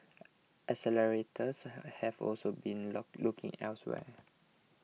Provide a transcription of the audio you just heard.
accelerators have also been looking elsewhere